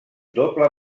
doble